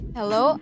Hello